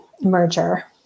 merger